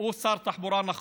הוא שר תחבורה, נכון,